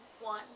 one